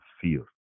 fear